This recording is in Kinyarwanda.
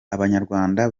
abanyarwanda